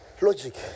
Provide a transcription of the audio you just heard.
logic